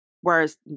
Whereas